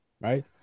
right